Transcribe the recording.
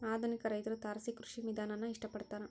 ಆಧುನಿಕ ರೈತ್ರು ತಾರಸಿ ಕೃಷಿ ವಿಧಾನಾನ ಇಷ್ಟ ಪಡ್ತಾರ